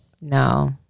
No